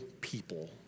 people